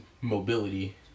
mobility